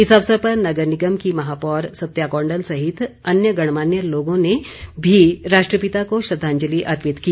इस अवसर पर नगर निगम के महापौर सत्या कौंडल सहित अन्य गणमान्य लोगों ने भी राष्ट्रपिता को श्रद्वांजलि अर्पित की